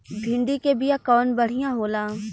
भिंडी के बिया कवन बढ़ियां होला?